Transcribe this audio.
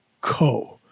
co